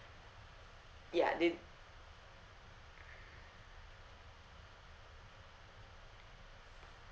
ya did